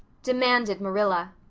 demanded marilla.